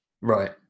right